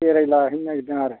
बेरायलाहैनो नागिरदों आरो